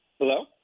Hello